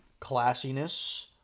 classiness